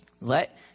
let